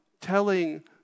telling